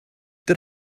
did